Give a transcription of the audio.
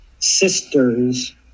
sisters